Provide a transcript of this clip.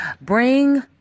bring